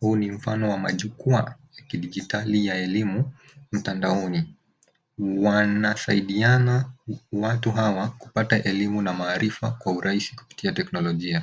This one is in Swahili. huu ni mfano wa majukwaa ya kidijitali ya elimu mtanadaoni. Wanasaidiana watu hawa kupata elimu na maarifa kwa urahisi kupitia teknolojia.